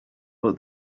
but